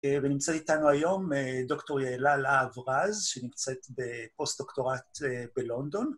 ונמצאת איתנו היום דוקטור יעלה להב רז, שנמצאת בפוסט-דוקטורט בלונדון.